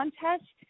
contest